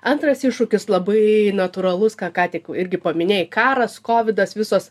antras iššūkis labai natūralus ką ką tik irgi paminėjai karas kovidas visos